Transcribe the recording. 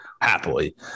happily